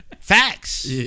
Facts